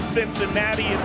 Cincinnati